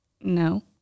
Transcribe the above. No